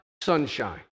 sunshine